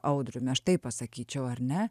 audriumi aš taip pasakyčiau ar ne